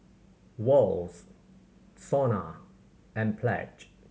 Wall's SONA and Pledge